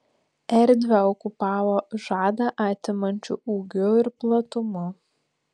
erdvę okupavo žadą atimančiu ūgiu ir platumu